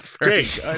great